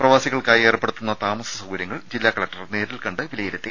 പ്രവാസികൾക്കായി ഏർപ്പെടുത്തുന്ന താമസ സൌകര്യങ്ങൾ ജില്ലാ കലക്ടർ നേരിൽ കണ്ട് വിലയിരുത്തി